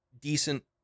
decent